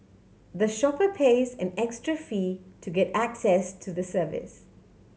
the shopper pays an extra fee to get access to the service